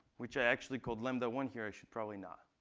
which i actually called lambda one here. i should probably not.